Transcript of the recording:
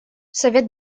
совет